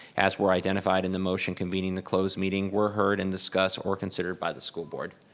as were identified in the motion convening the closed meeting were heard and discussed or considered by the school board.